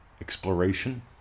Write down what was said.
Exploration